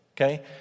okay